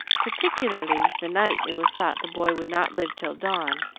particularly the night it was thought the boy would not live till dawn,